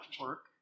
work